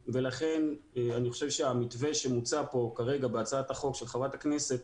אני חושב שהמתווה המוצע פה בהצעת החוק של חברת הכנסת,